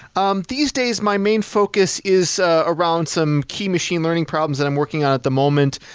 um these days, my main focus is ah around some key machine learning problems that i'm working on at the moment.